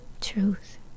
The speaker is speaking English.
Truth